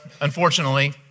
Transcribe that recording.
unfortunately